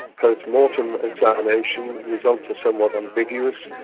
post-mortem examination results are somewhat ambiguous,